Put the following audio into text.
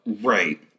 Right